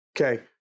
Okay